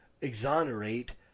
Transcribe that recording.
exonerate